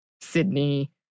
sydney